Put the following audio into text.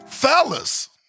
fellas